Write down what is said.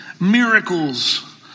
Miracles